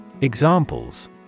Examples